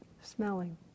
smelling